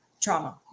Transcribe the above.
trauma